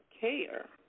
care